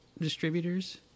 distributors